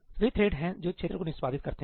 वे thread हैं जो क्षेत्र को निष्पादित करते हैं